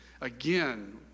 Again